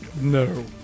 No